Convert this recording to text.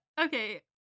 okay